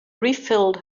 refilled